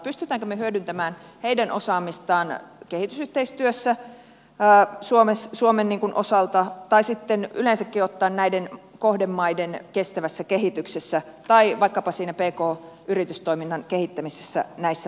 pystymmekö me hyödyntämään heidän osaamistaan kehitysyhteistyössä suomen osalta tai sitten yleensäkin ottaen näiden kohdemaiden kestävässä kehityksessä tai vaikkapa siinä pk yritystoiminnan kehittämisessä näissä maissa